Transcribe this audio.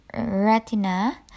retina